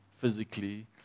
physically